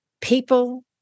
people